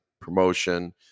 promotion